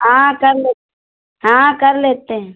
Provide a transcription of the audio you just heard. आ कर ले हाँ कर लेते हैं